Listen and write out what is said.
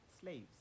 slaves